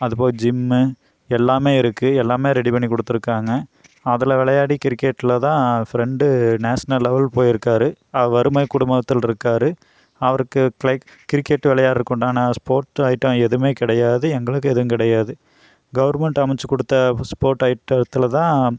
அதுபோக ஜிம் எல்லாமே இருக்கு எல்லாமே ரெடி பண்ணிக் கொடுத்துருக்காங்க அதில் விளையாடி கிரிக்கெட்டில் தான் ஃபிரண்டு நேஷனல் லெவல் போயிருக்காரு வறுமை குடும்பத்தில் இருக்காரு அவருக்கு கிளைக் கிரிக்கெட் விளையாடுறதுக்கு உண்டான ஸ்போர்ட் ஐட்டம் எதுவுமே கிடையாது எங்களுக்கு எதுவும் கிடையாது கவர்மெண்ட் அமைத்துக் கொடுத்த ஸ்போர்ட் ஐட்டத்தில் தான்